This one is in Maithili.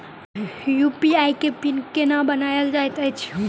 यु.पी.आई केँ पिन केना बनायल जाइत अछि